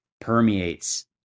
permeates